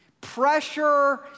Pressure